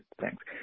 Thanks